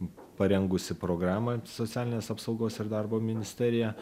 parengusi programą socialinės apsaugos ir darbo ministerija